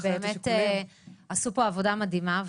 שבאמת עשו פה עבודה מדהימה,